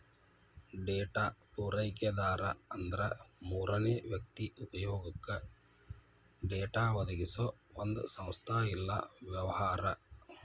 data ಪೂರೈಕೆದಾರ ಅಂದ್ರ ಮೂರನೇ ವ್ಯಕ್ತಿ ಉಪಯೊಗಕ್ಕ ಡೇಟಾ ಒದಗಿಸೊ ಒಂದ್ ಸಂಸ್ಥಾ ಇಲ್ಲಾ ವ್ಯವಹಾರ